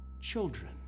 children